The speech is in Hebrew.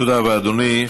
תודה רבה, אדוני.